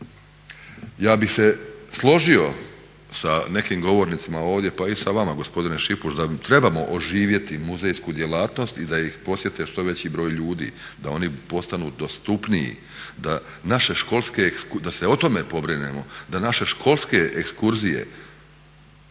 Ja bih se složio sa nekim govornicima ovdje pa i sa vama gospodine Šipuš da trebamo oživjeti muzejsku djelatnost i da ih podsjeti sve veći broj ljudi da oni postanu dostupniji, da naše školske, da se o tome pobrinemo, da naše školske ekskurzije